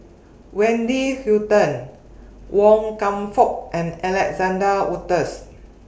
Wendy Hutton Wan Kam Fook and Alexander Wolters